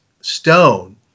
stone